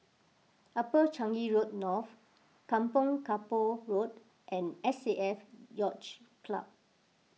Upper Changi Road North Kampong Kapor Road and S A F Yacht Club